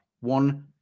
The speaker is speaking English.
One